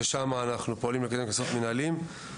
ולגביו אנו פועלים לקדם קנסות מנהליים.